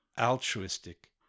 altruistic